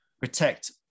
protect